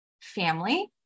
family